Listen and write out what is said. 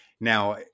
Now